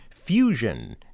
Fusion